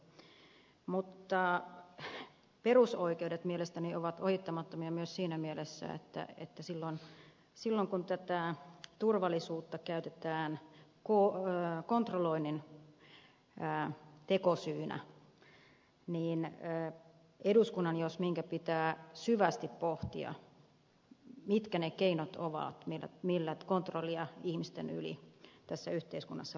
mutta perusoikeudet mielestäni ovat ohittamattomia myös siinä mielessä että silloin kun turvallisuutta käytetään kontrolloinnin tekosyynä niin eduskunnan jos minkä pitää syvästi pohtia mitkä ne keinot ovat millä kontrollia ihmisten yli tässä yhteiskunnassa lisätään